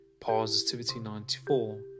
Positivity94